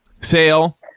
Sale